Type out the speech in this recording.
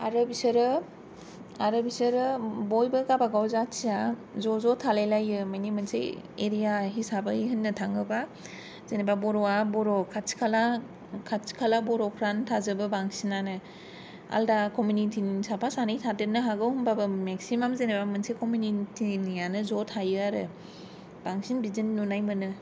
आरो बिसोरो आरो बिसोरो बयबो गावबा गाव जाथिया ज'ज' थालाय लायो माने मोनसे एरिया हिसाबै होननो थाङोबा जेनोबा बर'आ बर' खाथि खाला खाथि खाला बर'फोरानो थाजोबो बांसिनानो आलदा कमिनितिनि साफा सानै थादेरनो हागौ होनबाबो मेस्किमाम जेनोबा मोनसे कमिउनितिनियानो ज' थायो आरो बांसिन बिदिनो नुनाय मोनो